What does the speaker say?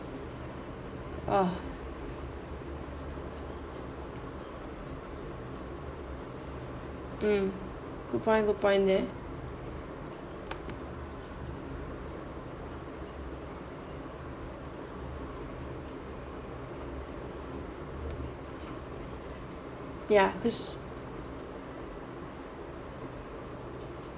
uh mm good point good point there ya cause